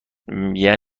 یعنی